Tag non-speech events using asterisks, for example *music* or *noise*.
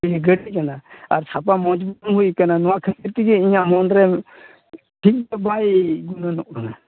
*unintelligible* ᱠᱟᱱᱟ ᱟᱨ ᱥᱟᱯᱷᱟ ᱢᱚᱡᱽ ᱵᱟᱝ ᱦᱩᱭᱟᱠᱟᱱᱟ ᱱᱚᱣᱟ ᱠᱷᱟᱹᱛᱤᱨ ᱛᱮᱜᱮ ᱤᱧᱟᱹᱜ ᱢᱚᱱᱨᱮ ᱴᱷᱤᱠ ᱫᱚ ᱵᱟᱭ ᱜᱩᱱᱟᱹᱱᱚᱜ ᱠᱟᱱᱟ